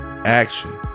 Action